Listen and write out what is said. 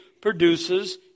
produces